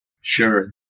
Sure